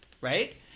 right